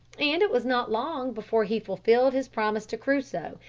and it was not long before he fulfilled his promise to crusoe,